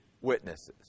witnesses